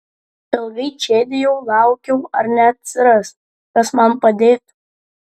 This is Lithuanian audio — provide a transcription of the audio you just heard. ilgai čėdijau laukiau ar neatsiras kas man padėtų